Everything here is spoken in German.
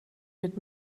mit